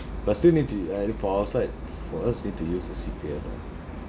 but still need to u~ uh for our side for us need to use the C_P_F right